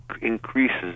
increases